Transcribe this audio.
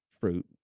fruit